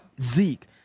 Zeke